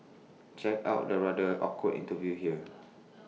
check out the rather awkward interview here